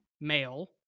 male